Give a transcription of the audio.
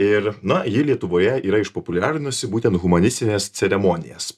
ir na ji lietuvoje yra išpopuliarinusi būtent humanistines ceremonijas